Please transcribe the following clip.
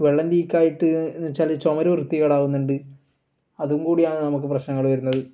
വെള്ളം ലീക്കായിട്ട് എന്ന് വെച്ചാൽ ചുമർ വൃത്തി കേടാവുന്നുണ്ട് അതും കൂടെ ആയതാണ് നമുക്ക് പ്രശ്നങ്ങൾ വരുന്നത്